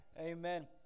Amen